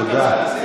תודה.